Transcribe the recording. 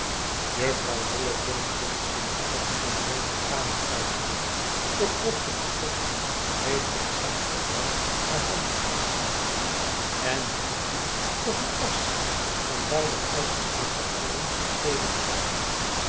juffrouw lillerton stond schielijk op en wilde de kamer uitgaan doch watkins tottle greep met zacht geweld haar hand en hield die op een afstand van beider uitgestrekte armen stevig vast